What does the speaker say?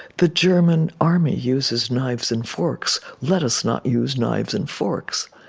the german army uses knives and forks, let us not use knives and forks,